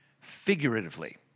Figuratively